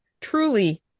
truly